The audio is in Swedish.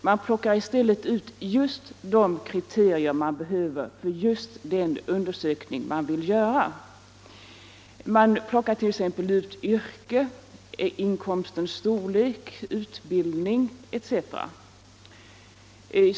Man plockar i stället ut de speciella kriterier man behöver för den undersökning man vill göra — yrke, inkomstens storlek, utbildning etc.